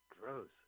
Gross